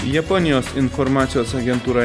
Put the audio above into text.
japonijos informacijos agentūra